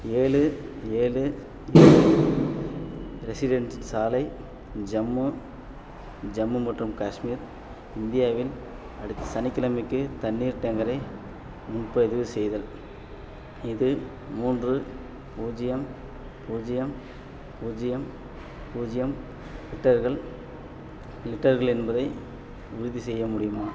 ஏழு ஏழு ரெசிடென்சி சாலை ஜம்மு ஜம்மு மற்றும் காஷ்மீர் இந்தியாவில் அடுத்த சனிக்கிழமைக்கு தண்ணீர் டேங்கரை முன்பதிவு செய்தல் இது மூன்று பூஜ்ஜியம் பூஜ்ஜியம் பூஜ்ஜியம் பூஜ்ஜியம் லிட்டர்கள் லிட்டர்கள் என்பதை உறுதி செய்ய முடியுமா